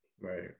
Right